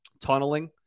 tunneling